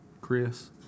Chris